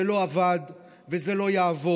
זה לא עבד וזה לא יעבוד,